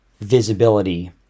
visibility